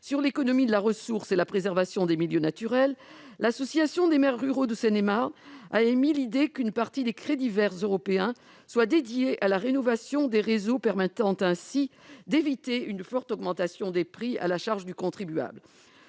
sur l'économie de la ressource et la préservation des milieux naturels, l'Association des maires ruraux de Seine-et-Marne a émis l'idée qu'une partie des crédits verts européens soit dédiée à la rénovation des réseaux, permettant ainsi d'éviter une forte augmentation des prix à la charge du contribuable.